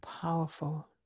powerful